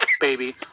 baby